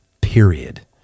period